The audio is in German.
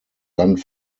land